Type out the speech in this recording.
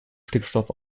stickstoff